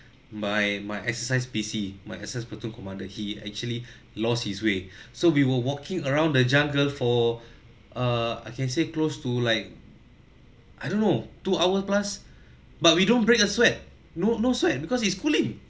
my my exercise P_C my assist commander he actually lost his way so we were walking around the jungle for err I can say close to like I don't know two hour plus but we don't bring a sweat no no sweat because it's cooling